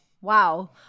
Wow